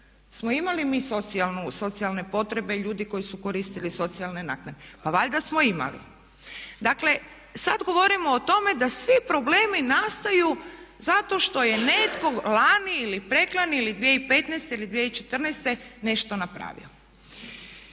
Jesmo imali mi socijalne potrebe ljudi koji su koristili socijalne naknade? Pa valjda smo imali. Dakle sada govorimo o tome da svi problemi nastaju zato što je netko lani ili preklani ili 2015. ili 2014. nešto napravio.